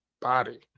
body